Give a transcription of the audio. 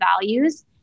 values